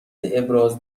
ابراز